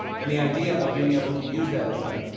and the idea of being able to use that as a,